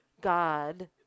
God